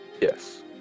Yes